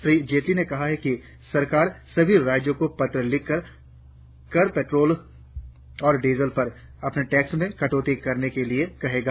श्री जेटली ने कहा कि सरकार सभी राज्यों को पत्र लिख कर पेट्रोल और डीजल पर अपने टैक्स में कटौती करने के लिए कहेगा